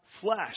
flesh